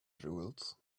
jewels